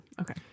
Okay